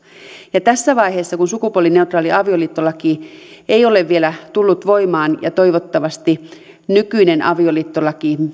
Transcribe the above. ja jo tässä vaiheessa kun sukupuolineutraali avioliittolaki ei ole vielä tullut voimaan ja toivottavasti nykyinen avioliittolaki